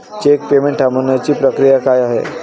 Check payment थांबवण्याची प्रक्रिया काय आहे?